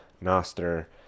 Noster